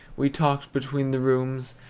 we talked between the rooms,